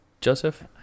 Joseph